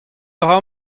dra